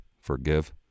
Forgive